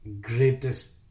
greatest